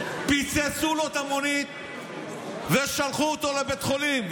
פיצצו לו את המונית ושלחו אותו לבית החולים.